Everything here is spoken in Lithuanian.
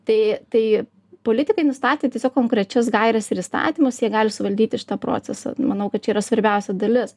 tai tai politikai nustatė tiesiog konkrečias gaires ir įstatymus jie gali suvaldyti šitą procesą manau kad čia yra svarbiausia dalis